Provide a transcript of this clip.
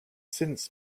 since